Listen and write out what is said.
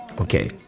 Okay